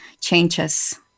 changes